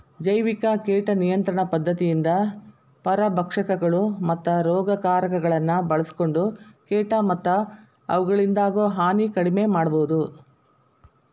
ಜೈವಿಕ ಕೇಟ ನಿಯಂತ್ರಣ ಪದ್ಧತಿಯಿಂದ ಪರಭಕ್ಷಕಗಳು, ಮತ್ತ ರೋಗಕಾರಕಗಳನ್ನ ಬಳ್ಸಿಕೊಂಡ ಕೇಟ ಮತ್ತ ಅವುಗಳಿಂದಾಗೋ ಹಾನಿ ಕಡಿಮೆ ಮಾಡಬೋದು